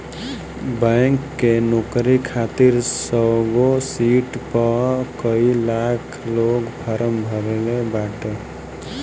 bank के नोकरी खातिर सौगो सिट पअ कई लाख लोग फार्म भरले बाटे